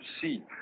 see